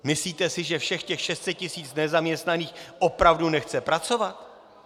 Myslíte si, že všech 600 tisíc nezaměstnaných opravdu nechce pracovat?